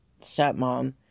stepmom